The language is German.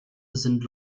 sind